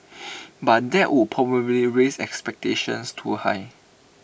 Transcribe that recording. but that would probably raise expectations too high